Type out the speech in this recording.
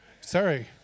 Sorry